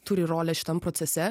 turi rolę šitam procese